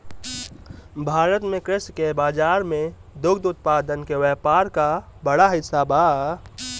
भारत में कृषि के बाजार में दुग्ध उत्पादन के व्यापार क बड़ा हिस्सा बा